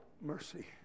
mercy